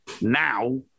now